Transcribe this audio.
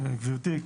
גבירתי,